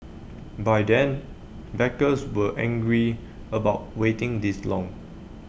by then backers were angry about waiting this long